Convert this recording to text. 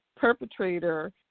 perpetrator